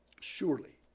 Surely